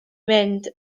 mynd